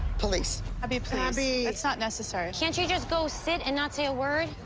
police? abby, please. abby. that's not necessary. can't you just go sit and not say a word?